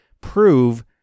prove